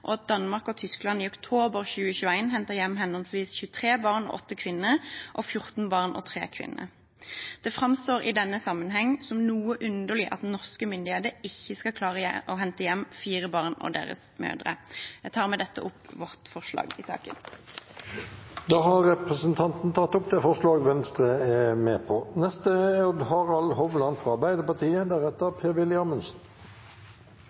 og at Danmark og Tyskland i oktober 2021 hentet hjem henholdsvis 23 barn og 8 kvinner og 14 barn og 3 kvinner. Det framstår i denne sammenheng som noe underlig at norske myndigheter ikke skal klare å hente hjem fire barn og deres mødre. Jeg tar med dette opp vårt forslag i saken. Da har representanten Ingvild Wetrhus Thorsvik tatt opp det forslaget hun refererte til. Det er